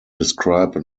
describe